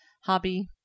hobby